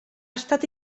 estat